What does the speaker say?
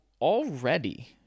already